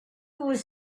was